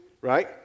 right